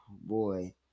boy